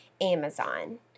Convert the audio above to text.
Amazon